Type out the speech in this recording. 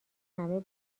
همه